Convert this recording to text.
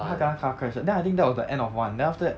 他 kena car crash then I think that was the end of one then after that